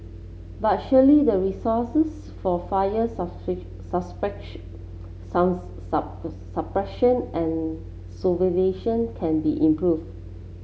but surely the resources for fire suppression and can be improved